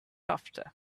after